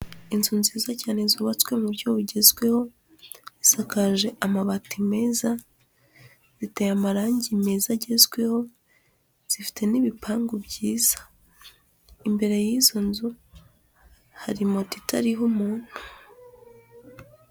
Inzu nziza cyane zubatswe mu buryo bugezweho, zisakaje amabati meza, ziteye amarangi meza agezweho, zifite n'ibipangu byiza imbere y'izo nzu hari moditariho umuntu.